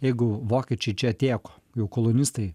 jeigu vokiečiai čia atėjo k jau kolonistai